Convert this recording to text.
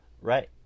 right